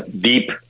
deep